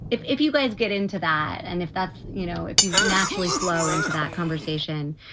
if if you guys get into that and if that's, you know, if you naturally flow into that conversation,